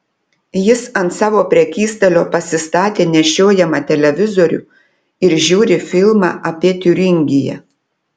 jis ant savo prekystalio pasistatė nešiojamą televizorių ir žiūri filmą apie tiuringiją